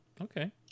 Okay